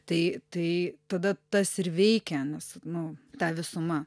tai tai tada tas ir veikia nes nu ta visuma